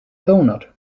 doughnut